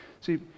See